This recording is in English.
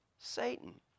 Satan